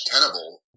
tenable